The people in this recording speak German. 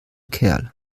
kerl